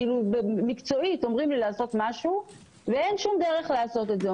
כלומר מקצועית אומרים לי לעשות משהו ואין שום דרך לעשות את זה.